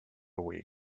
week